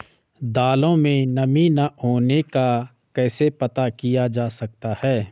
दालों में नमी न होने का कैसे पता किया जा सकता है?